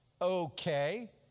Okay